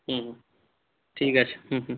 হুম ঠিক আছে হুম হুম